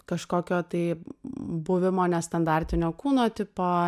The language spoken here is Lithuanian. kažkokio tai buvimo nestandartinio kūno tipo